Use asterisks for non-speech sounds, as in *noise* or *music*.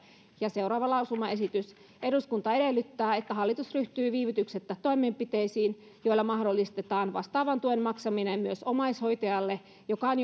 ja seuraava lausumaesitys eduskunta edellyttää että hallitus ryhtyy viivytyksettä toimenpiteisiin joilla mahdollistetaan vastaavan tuen maksaminen myös omaishoitajalle joka on *unintelligible*